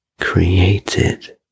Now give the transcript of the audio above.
created